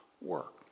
work